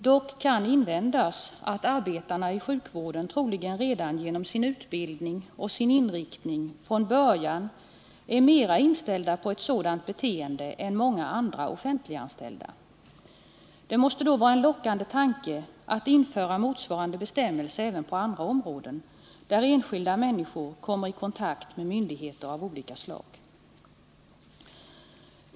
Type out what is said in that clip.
Dock kan invändas att arbetarna i sjukvården troligen redan genom sin utbildning och inriktning från början är mera inställda på ett sådant beteende än många andra offentliganställda. Det måste då vara en lockande tanke att införa motsvarande bestämmelse även på andra områden, där enskilda människor kommer i kontakt med myndigheter av olika slag.